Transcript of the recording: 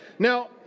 Now